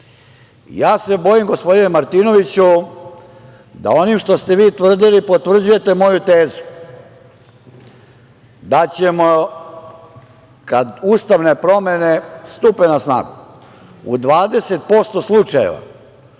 na sudu. Gospodine Martinoviću, ja se bojim da onim što ste vi tvrdili potvrđujete moju tezu da ćemo kad ustavne promene stupe na snagu u 20% slučajeva